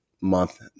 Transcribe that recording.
Month